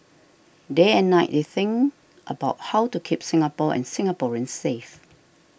day and night they think about how to keep Singapore and Singaporeans safe